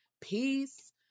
peace